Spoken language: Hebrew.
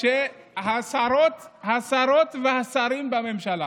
שהשרות והשרים בממשלה